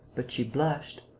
but she blushed.